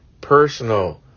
personal